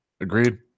Agreed